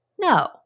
No